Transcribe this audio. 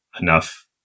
enough